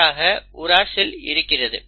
மாறாக உராசில் இருக்கிறது